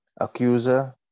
accuser